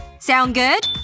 sound good?